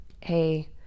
hey